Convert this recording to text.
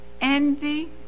Envy